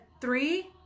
three